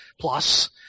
plus